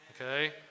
okay